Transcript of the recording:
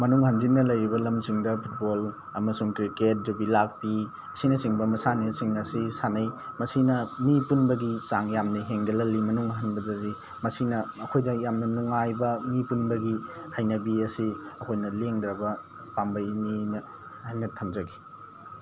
ꯃꯅꯨꯡ ꯍꯟꯖꯤꯟꯅ ꯂꯩꯔꯤꯕ ꯂꯝꯁꯤꯡꯗ ꯐꯨꯠꯕꯣꯜ ꯑꯃꯁꯨꯡ ꯀ꯭ꯔꯤꯛꯀꯦꯠ ꯌꯨꯕꯤ ꯂꯥꯛꯄꯤ ꯑꯁꯤꯅꯆꯤꯡꯕ ꯃꯁꯥꯟꯅꯁꯤꯡ ꯑꯁꯤ ꯁꯥꯟꯅꯩ ꯃꯁꯤꯅ ꯃꯤ ꯄꯨꯟꯕꯒꯤ ꯆꯥꯡ ꯌꯥꯝꯅ ꯍꯦꯟꯒꯠ ꯍꯜꯂꯤ ꯃꯅꯨꯡ ꯍꯟꯕꯗꯗꯤ ꯃꯁꯤꯅ ꯑꯩꯈꯣꯏꯗ ꯌꯥꯝ ꯅꯨꯡꯉꯥꯏꯕ ꯃꯤ ꯄꯨꯟꯕꯒꯤ ꯍꯩꯅꯕꯤ ꯑꯁꯤ ꯑꯩꯈꯣꯏꯅ ꯂꯦꯡꯗ꯭ꯔꯕ ꯄꯥꯝꯕꯩꯅꯤꯅ ꯍꯥꯏꯅ ꯊꯝꯖꯒꯦ